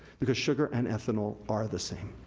because sugar and ethanol are the same,